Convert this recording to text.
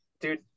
Dude